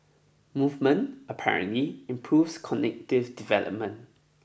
movement apparently improves cognitive development